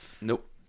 nope